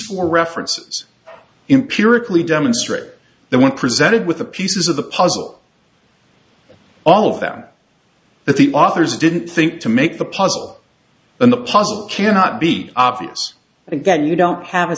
four references in pure rickly demonstrate that when presented with the pieces of the puzzle all of them that the authors didn't think to make the puzzle and the puzzle cannot be obvious i think that you don't have a